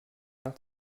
nach